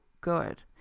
good